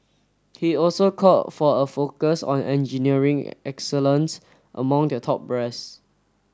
he also called for a focus on engineering excellence among the top brass